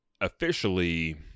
officially